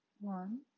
one